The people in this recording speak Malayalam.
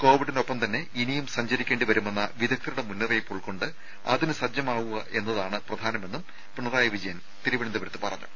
കോവിഡിനൊപ്പംതന്നെ ഇനിയും സഞ്ചരിക്കേണ്ടി വരുമെന്ന വിദഗ്ദ്ധരുടെ മുന്നറിയിപ്പ് ഉൾക്കൊണ്ട് അതിന് സജ്ജമാവുക എന്നതാണ് പ്രധാനമെന്നും പിണറായി വിജയൻ തിരുവനന്തപുരത്ത് പറഞ്ഞു